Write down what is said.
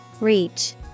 Reach